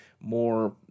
more